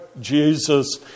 Jesus